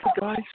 guy's